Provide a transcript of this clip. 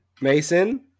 Mason